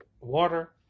water